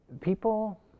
People